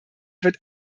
wird